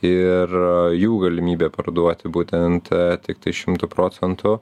ir jų galimybė parduoti būtent tiktai šimtu procentų